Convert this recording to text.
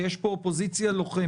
כי יש פה אופוזיציה לוחמת,